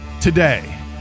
today